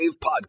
podcast